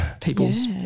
people's